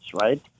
right